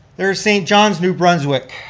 there is st. john's, new brunswick.